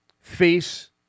face